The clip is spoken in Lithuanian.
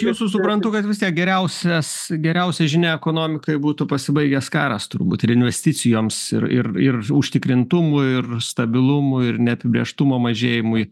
jūsų suprantu kad vis tiek geriausias geriausia žinia ekonomikai būtų pasibaigęs karas turbūt ir investicijoms ir ir ir užtikrintumui ir stabilumui ir neapibrėžtumo mažėjimui